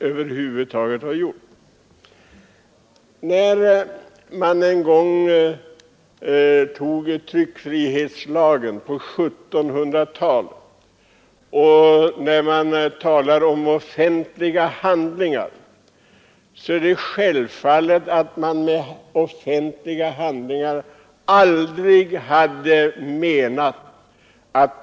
När tryckfrihetsförordningen en gång på 1700-talet antogs avsåg man med ”allmänna handlingar” självfallet inte bandinspelningar och liknande.